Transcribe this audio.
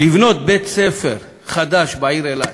לבנות בית-ספר חדש בעיר אילת.